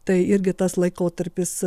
tai irgi tas laikotarpis